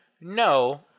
No